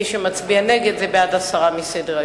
נגד, הסרה מסדר-היום.